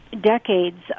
decades